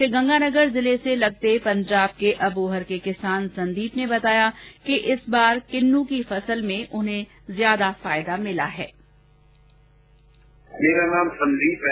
श्रीगंगानगर जिले से लगते पंजाब के अबोहर के किसान संदीप ने बताया कि इस बार किन्नू की फसल में उन्हें ज्यादा फायदा मिला है